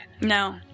No